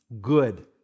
Good